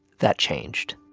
that changed